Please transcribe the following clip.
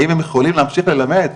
האם הם יכולים להמשיך ללמד?